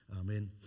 Amen